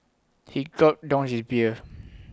he gulped down his beer